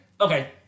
Okay